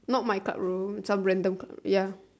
not my club though some random club ya